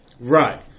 Right